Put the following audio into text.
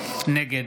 נגד